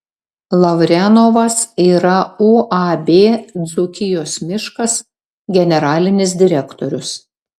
lavrenovas yra uab dzūkijos miškas generalinis direktorius